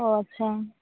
ᱚ ᱟᱪᱪᱷᱟ